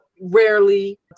rarely